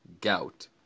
gout